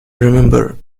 remember